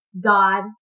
God